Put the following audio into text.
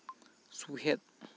ᱥᱚᱦᱮᱫ